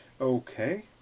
Okay